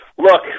Look